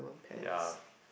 ya